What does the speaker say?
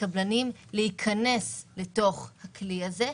לקבלנים להיכנס לתוך הכלי הזה,